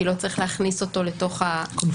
כי לא צריך להכניס אותו לתוך הקונפליקט.